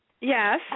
Yes